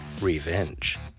revenge